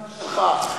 שלך,